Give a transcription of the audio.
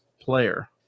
player